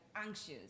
anxious